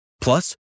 Plus